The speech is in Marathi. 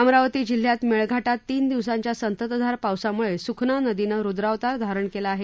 अमरावती जिल्ह्यातल्या मेळघा प्रत तीन दिवसाच्या संततधार पावसामुळे सुखना नदीनं रुद्रावतार धारण केला आहे